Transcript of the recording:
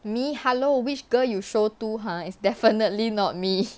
me hello which girl you show to !huh! it's definitely not me